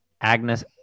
Agnes